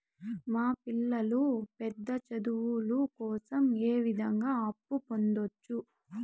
మా పిల్లలు పెద్ద చదువులు కోసం ఏ విధంగా అప్పు పొందొచ్చు?